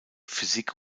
physik